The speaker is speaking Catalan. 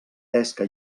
pesca